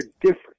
different